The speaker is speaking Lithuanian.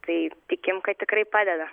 tai tikim kad tikrai padeda